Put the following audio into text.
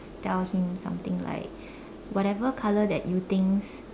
tell him something like whatever color that you think